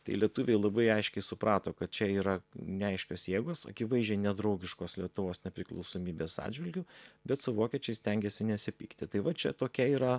tai lietuviai labai aiškiai suprato kad čia yra neaiškios jėgos akivaizdžiai nedraugiškos lietuvos nepriklausomybės atžvilgiu bet su vokiečiais stengėsi nesipykti tai va čia tokia yra